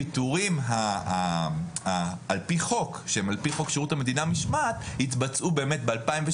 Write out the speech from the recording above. הפיטורים שהם לפי חוק שירות המדינה משמעת התבצעו באמת ב-2017,